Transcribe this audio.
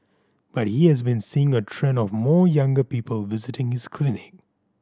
but he has been seeing a trend of more younger people visiting his clinic